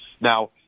now